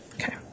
Okay